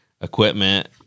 equipment